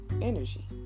energy